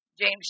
James